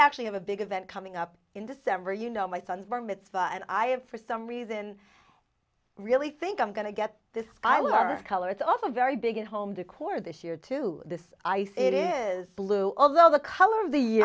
actually have a big event coming up in december you know my son's bar mitzvah and i have for some reason really think i'm going to get this i was color it's also very big and home decor this year to this i say it is blue although the color of the